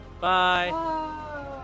Bye